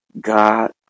God